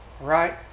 right